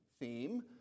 theme